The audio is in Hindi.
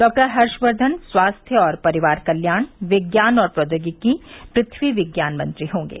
डॉ हर्षवर्धन स्वास्थ्य और परिवार कल्याण विज्ञान और प्रौद्योगिकी पृथ्वी विज्ञान मंत्री होंगे